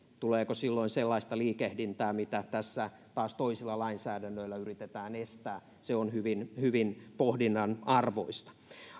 tuleeko silloin sellaista liikehdintää mitä tässä taas toisilla lainsäädännöillä yritetään estää se on hyvin hyvin pohdinnan arvoista